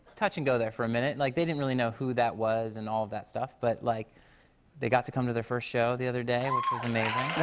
touch and go there for a minute. like they didn't really know who that was and all that stuff. but like they got to come to their first show the other day, which was amazing.